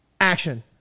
Action